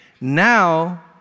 now